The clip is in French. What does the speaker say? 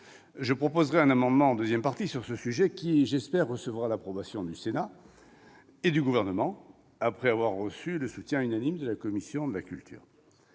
Je proposerai un amendement sur ce sujet qui, je l'espère, recevra l'approbation du Sénat et du Gouvernement, après avoir reçu le soutien unanime de la commission de la culture.